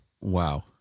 Wow